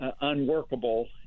unworkable